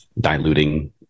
diluting